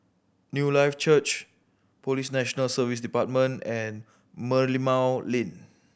Newlife Church Police National Service Department and Merlimau Lane